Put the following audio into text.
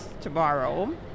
tomorrow